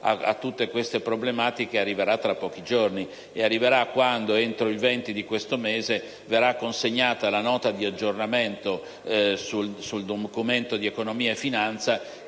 a tutte queste problematiche arriverà tra pochi giorni, quando, entro il 20 di questo mese, verrà consegnata la Nota di aggiornamento sul Documento di economia e finanza,